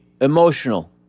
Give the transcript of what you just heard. emotional